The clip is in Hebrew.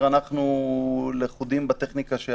אני